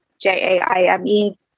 J-A-I-M-E